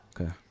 Okay